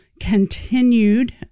continued